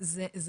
המהלך.